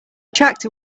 tractor